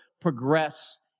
progress